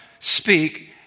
speak